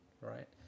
Right